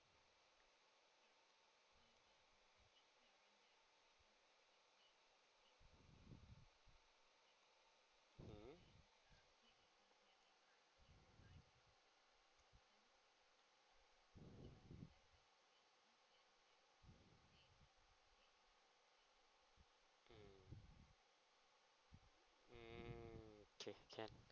mmhmm mm okay can